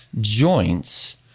joints